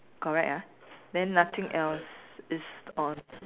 correct ah then nothing else is on